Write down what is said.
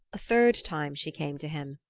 a third time she came to him.